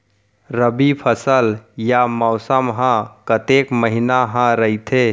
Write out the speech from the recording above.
रबि फसल या मौसम हा कतेक महिना हा रहिथे?